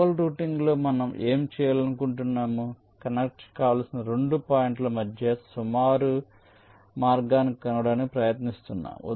global రౌటింగ్లో మనం ఏమి చేయాలనుకుంటున్నాము కనెక్ట్ కావాల్సిన 2 పాయింట్ల మధ్య సుమారు మార్గాన్ని కనుగొనడానికి ప్రయత్నిస్తున్నాము